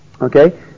Okay